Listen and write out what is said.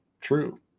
true